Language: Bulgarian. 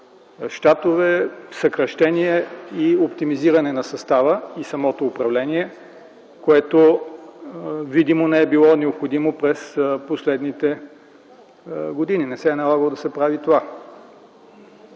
щатове, съкращения и оптимизиране на състава и самото управление, което видимо не е било необходимо през последните години, не се е налагало да се прави това.